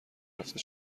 رفته